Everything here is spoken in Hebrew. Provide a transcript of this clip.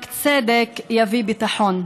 רק צדק יביא ביטחון.